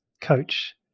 coach